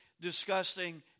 disgusting